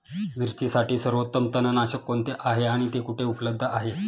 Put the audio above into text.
मिरचीसाठी सर्वोत्तम तणनाशक कोणते आहे आणि ते कुठे उपलब्ध आहे?